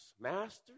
Master